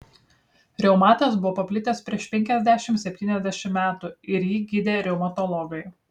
reumatas buvo paplitęs prieš penkiasdešimt septyniasdešimt metų ir jį gydė reumatologai